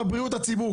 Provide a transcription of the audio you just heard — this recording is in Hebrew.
בבריאות הציבור.